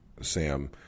Sam